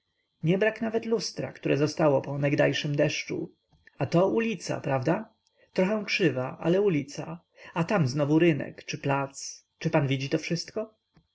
taburety niebrak nawet lustra które zostało po onegdajszym deszczu a to ulica prawda trochę krzywa ale ulica a tam znowu rynek czy plac czy pan widzi to wszystko